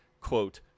quote